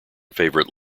favorite